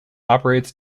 operates